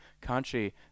country